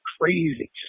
crazy